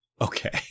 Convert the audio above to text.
Okay